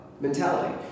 mentality